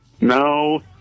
No